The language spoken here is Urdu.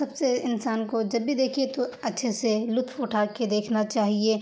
سب سے انسان کو جب بھی دیکھیے تو اچھے سے لطف اٹھا کے دیکھنا چاہیے